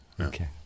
Okay